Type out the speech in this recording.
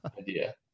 idea